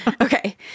okay